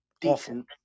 decent